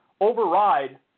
override